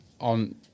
on